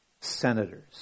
senators